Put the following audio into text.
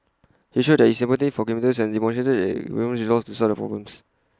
he showed his empathy for commuters and demonstrated the resolve to solve the problems